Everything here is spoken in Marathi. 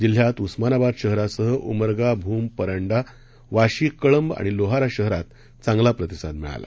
जिल्ह्यात उस्मानाबाद शहरासह उमरगा भूम परंडा वाशी कळंब आणि लोहारा शहरात चांगला प्रतिसाद मिळाला